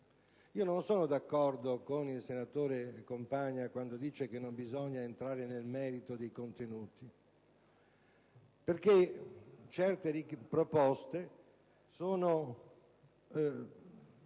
Non sono d'accordo con il senatore Compagna quando afferma che non bisogna entrare nel merito dei contenuti, perché certe proposte sono